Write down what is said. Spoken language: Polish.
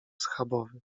schabowy